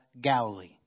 Galilee